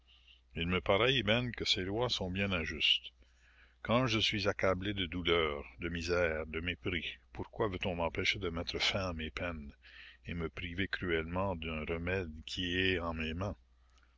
il me paroît ibben que ces lois sont bien injustes quand je suis accablé de douleur de misère de mépris pourquoi veut-on m'empêcher de mettre fin à mes peines et me priver cruellement d'un remède qui est en mes mains